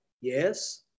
Yes